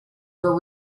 were